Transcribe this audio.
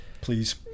please